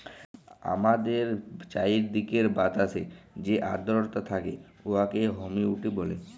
আমাদের চাইরদিকের বাতাসে যে আদ্রতা থ্যাকে উয়াকে হুমিডিটি ব্যলে